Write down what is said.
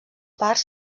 parts